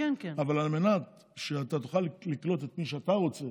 אבל על מנת שאתה תוכל לקלוט את מי שאתה רוצה